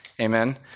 Amen